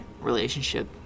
relationship